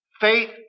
Faith